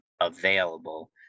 available